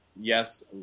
yes